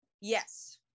Yes